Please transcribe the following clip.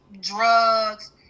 drugs